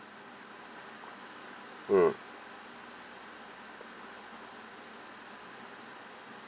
mm